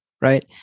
right